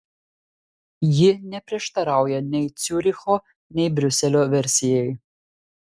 ji neprieštarauja nei ciuricho nei briuselio versijai